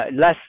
less